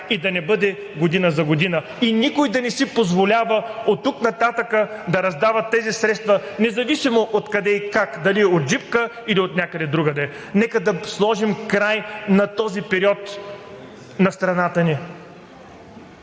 да не бъде година за година и никой да не си позволява оттук нататък да раздава тези средства, независимо от къде и как – дали от джипка, или отнякъде другаде. Нека да сложим край на този период на страната ни!